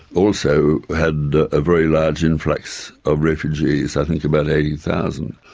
also had a very large influx of refugees, i think about eighty thousand.